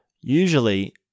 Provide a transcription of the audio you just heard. usually